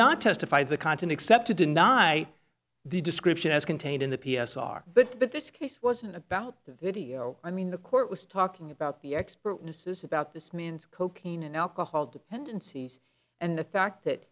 not testify the content except to deny the description as contained in the p s r but but this case wasn't about the video i mean the court was talking about the expert witnesses about this man's cocaine and alcohol dependencies and the fact